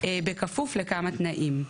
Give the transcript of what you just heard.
בכפוף לכמה תנאים.